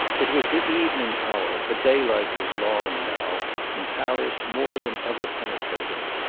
it was the evening hour, but daylight was long now and paris more than ever penetrating.